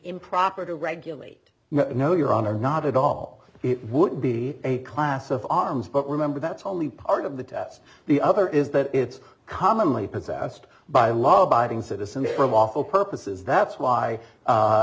improper to regulate no your honor not at all it would be a class of arms but remember that's only part of the test the other is that it's commonly possessed by law abiding citizens for a lawful purposes that's why